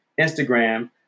Instagram